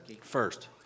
First